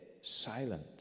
silent